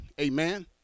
Amen